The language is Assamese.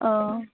অঁ